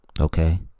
okay